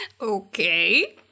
Okay